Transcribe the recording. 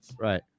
Right